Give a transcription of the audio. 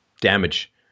damage